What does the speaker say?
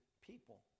people